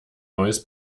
neues